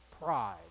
pride